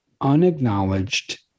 unacknowledged